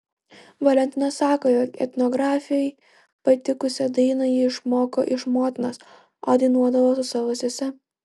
valentina sako jog etnografei patikusią dainą ji išmoko iš motinos o dainuodavo su savo sese